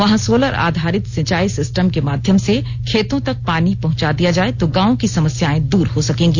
वहां सोलर आधारित सिंचाई सिस्टम के माध्यम से खेतों तक पानी पहुंचा दिया जाए तो गांव की समस्याए दूर हो सकेंगी